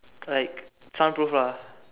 like soundproof lah